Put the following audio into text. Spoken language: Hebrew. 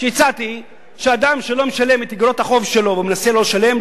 הצעתי שאדם שלא משלם את איגרות החוב שלו ומנסה לא לשלם,